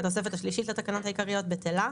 התוספת השלישית לתקנות העיקריות בטלה.